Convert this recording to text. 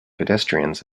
pedestrians